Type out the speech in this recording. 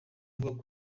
ukuvuga